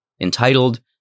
entitled